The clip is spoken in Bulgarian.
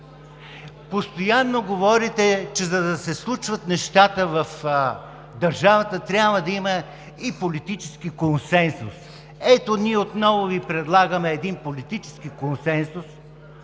Постоянно говорите, че, за да се случват нещата в държавата, трябва да има и политически консенсус. Ето, ние отново Ви предлагаме политически консенсус